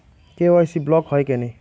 KYC block হয় কেনে?